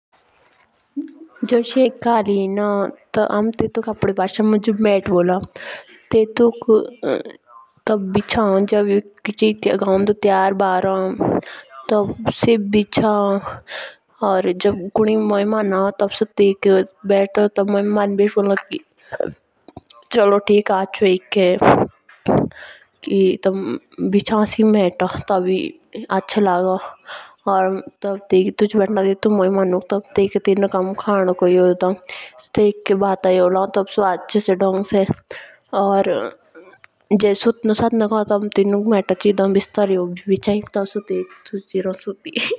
जस कलिन होन टेटुक हामे आपदे भासा मुंझा मेट बोलोन टेटुक तबे बिचाओ जब गावोंडे किचेई तेयार बार होन। टीबीए से बिचाओ या जेबी कुनी महिमन एओन तेयके बेथो तो महिमन भी एस बोलो कि एको एइके।